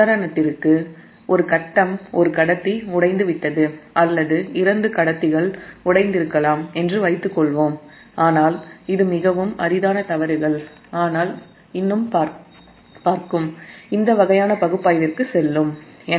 உதாரணத்திற்கு ஒரு கட்டம் ஒரு கடத்தி உடைந்துவிட்டது அல்லது இரண்டு கடத்திகள் உடைந்திருக்கலாம் என்று வைத்துக்கொள்வோம் ஆனால் இந்த வகையான பகுப்பாய்விற்கு செல்லும் தவறுகள் மிகவும் அரிதானது